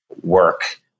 work